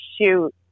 shoot